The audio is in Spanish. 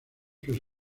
sus